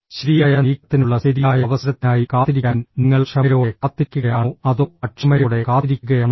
ശരിയായ നീക്കത്തിനുള്ള ശരിയായ അവസരത്തിനായി കാത്തിരിക്കാൻ നിങ്ങൾ ക്ഷമയോടെ കാത്തിരിക്കുകയാണോ അതോ അക്ഷമയോടെ കാത്തിരിക്കുകയാണോ